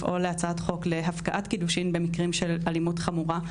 לפעול להצעת חוק להפקעת קידושין במקרים של אלימות חמורה.